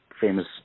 famous